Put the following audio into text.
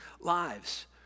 lives